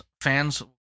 fans